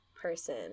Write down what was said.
person